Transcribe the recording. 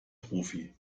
profi